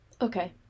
Okay